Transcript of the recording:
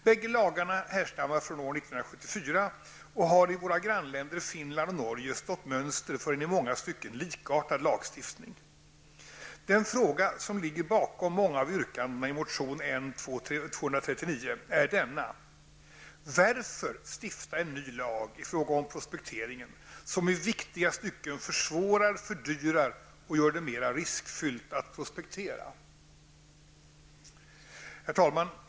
Bägge lagarna härstammar från år 1974, och har i våra grannländer Finland och Norge stått mönster för en i många stycken likartad lagstiftning. Den fråga som ligger bakom många av yrkandena i motion N239 är denna: Varför stifta en ny lag i fråga om prospekteringen som i viktiga stycken försvårar, fördyrar och gör det mera riskfyllt att prospektera? Herr talman!